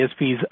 DSPs